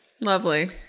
lovely